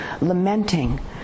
lamenting